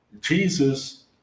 Jesus